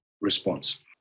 response